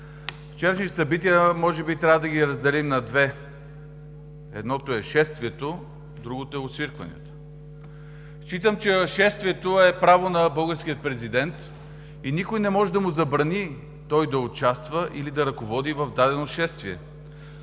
вчерашните събития на две. Едното е шествието, а другото – освиркванията. Считам, че шествието е право на българския президент и никой не може да му забрани той да участва или да ръководи дадено шествие.